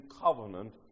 covenant